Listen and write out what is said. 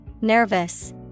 Nervous